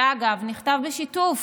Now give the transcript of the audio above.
שאגב, נכתב בשיתוף